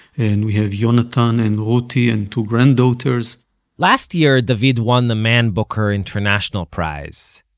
and we have yonatan and ruti and two granddaughters last year, david won the man booker international prize,